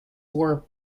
were